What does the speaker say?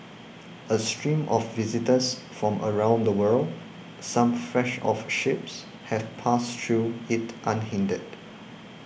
a stream of visitors from around the world some fresh off ships have passed through it unhindered